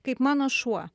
kaip mano šuo